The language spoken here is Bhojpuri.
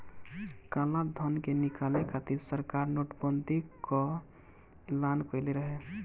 कालाधन के निकाले खातिर सरकार नोट बंदी कअ एलान कईले रहे